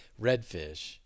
redfish